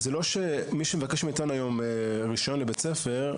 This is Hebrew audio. מי שמבקש מאתנו היום רישיון לבית ספר,